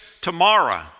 tomorrow